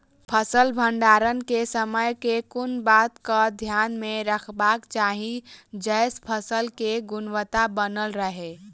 फसल भण्डारण केँ समय केँ कुन बात कऽ ध्यान मे रखबाक चाहि जयसँ फसल केँ गुणवता बनल रहै?